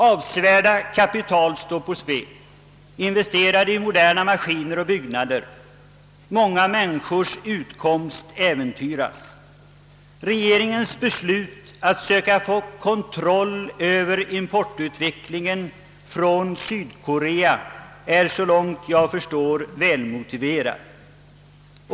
Avsevärda kapital står på spel, investerade i moderna maskiner och byggnader; många människors utkomst äventyras. Regeringens beslut att söka få kontroll över importutvecklingen från Sydkorea är så långt jag förstår väl motiverat.